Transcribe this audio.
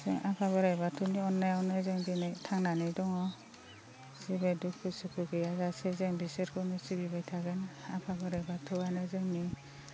जों आफा बोराइ बाथौनि अननायावनो जों दिनै थांनानै दङ जेबो दुखु सुखु गैया जासे जों बिसोरखौनो सिबिबाय थागोन आफा बोराइ बाथौआनो जोंनि